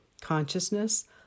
consciousness